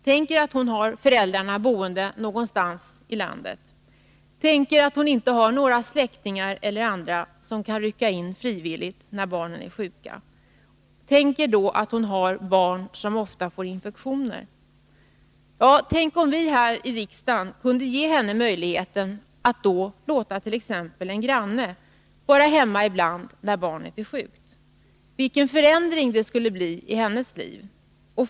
Tänk er att hon har föräldrarna boende någonstans i landet. Tänk er att hon inte har några släktingar eller andra som kan rycka in frivilligt när barnen är sjuka. Tänk om hon har barn som ofta får infektioner. Ja, tänk om vi här i riksdagen kunde ge henne möjlighet att låta t.ex. en granne vara hemma ibland när barnet är sjukt. Vilken förändring i hennes liv det skulle innebära!